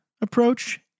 approach